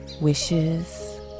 wishes